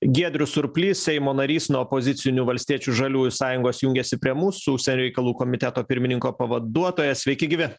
giedrius surplys seimo narys nuo opozicinių valstiečių žaliųjų sąjungos jungiasi prie mūsų reikalų komiteto pirmininko pavaduotojas sveiki gyvi